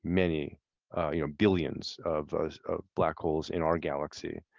many you know billions of black holes in our galaxy.